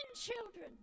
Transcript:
children